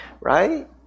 right